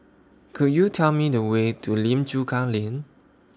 Could YOU Tell Me The Way to Lim Chu Kang Lane